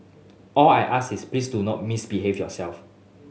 all I ask is please do not misbehave yourself